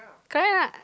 correct lah